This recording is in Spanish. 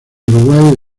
uruguay